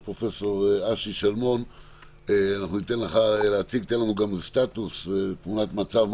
דוקטור שלמון, תן לנו תמונת מצב.